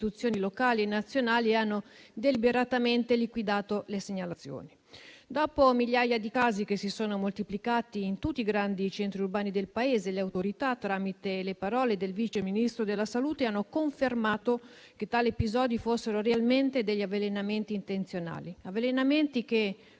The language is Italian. le istituzioni locali e nazionali hanno deliberatamente liquidato le segnalazioni. Dopo migliaia di casi, che si sono moltiplicati in tutti i grandi centri urbani del Paese, le autorità, tramite le parole del Vice Ministro della salute, hanno confermato che tali episodi erano realmente degli avvelenamenti intenzionali che, come oramai